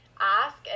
ask